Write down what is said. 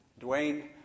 Dwayne